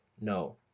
No